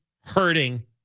hurting